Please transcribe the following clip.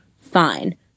fine